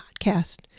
podcast